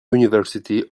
university